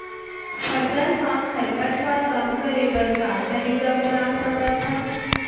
फसल मा खरपतवार कम करे बर का तरीका अपना सकत हन?